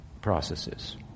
processes